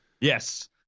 Yes